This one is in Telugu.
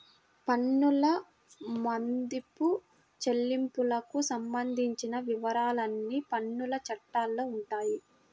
పన్నుల మదింపు, చెల్లింపులకు సంబంధించిన వివరాలన్నీ పన్నుల చట్టాల్లో ఉంటాయి